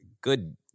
good